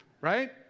Right